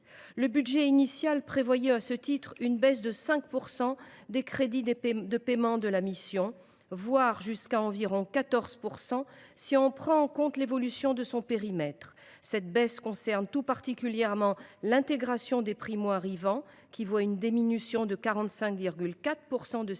Le budget initial prévoyait à ce titre une baisse de 5 % des crédits de paiement de la mission, voire d’environ 14 % si l’on prend en compte l’évolution de son périmètre. Cette baisse concerne tout particulièrement l’intégration des primo arrivants, dont les crédits de paiement